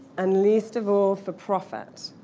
and least of all for profit,